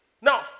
Now